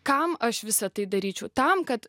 kam aš visą tai daryčiau tam kad